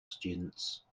students